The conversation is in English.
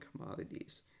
commodities